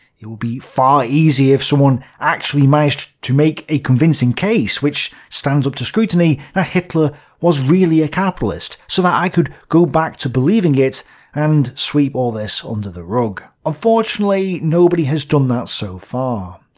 it would be far easier if someone actually managed to make a convincing case, which stands up to scrutiny, that ah hitler was really a capitalist, so that i could go back to believing it and sweep all this under the rug. unfortunately, nobody has done that so far.